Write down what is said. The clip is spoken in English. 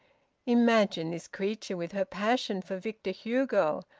imagine this creature, with her passion for victor hugo,